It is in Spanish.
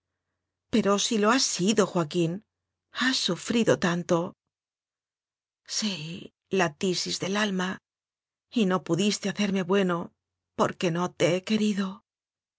pero si lo has sido joaquín has su frido tanto sí la tisis del alma y no pudiste ha cerme bueno porque no te he querido